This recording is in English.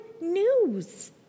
news